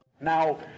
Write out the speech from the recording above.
Now